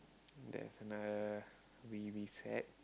there's another re~ reset